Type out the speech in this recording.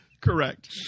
correct